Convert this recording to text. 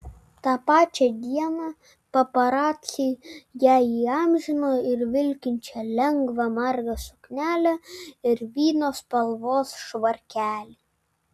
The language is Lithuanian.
tą pačią dieną paparaciai ją įamžino ir vilkinčią lengvą margą suknelę ir vyno spalvos švarkelį